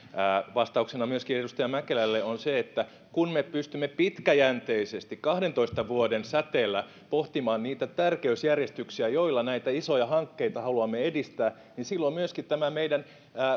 vastauksena myöskin edustaja mäkelälle on se että kun me pystymme pitkäjänteisesti kahdentoista vuoden säteellä pohtimaan niitä tärkeysjärjestyksiä joilla näitä isoja hankkeita haluamme edistää niin silloin myöskin meidän